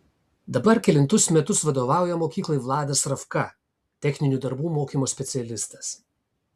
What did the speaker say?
dabar kelintus metus vadovauja mokyklai vladas ravka techninių darbų mokymo specialistas